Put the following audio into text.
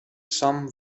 some